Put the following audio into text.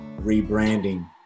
rebranding